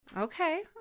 Okay